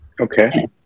Okay